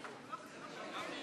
הצעת החוק